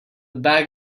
bag